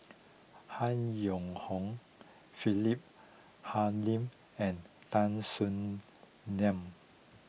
Han Yong Hong Philip Hoalim and Tan Soo Nan